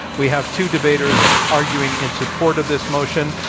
we have two debaters arguing in support of this motion,